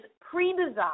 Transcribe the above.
pre-designed